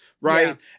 right